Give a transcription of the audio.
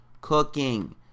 cooking